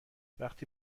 وقتی